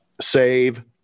Save